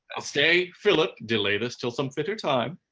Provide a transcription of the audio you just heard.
ah stay, philip, delay this till some fitter time.